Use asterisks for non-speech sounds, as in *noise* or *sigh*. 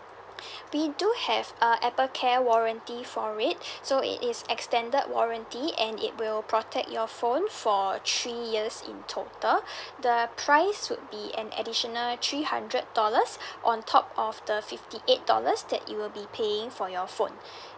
*breath* we do have a apple care warranty for it *breath* so it is extended warranty and it will protect your phone for three years in total *breath* the price would be an additional three hundred dollars *breath* on top of the fifty eight dollars that you'll be paying for your phone *breath*